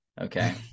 Okay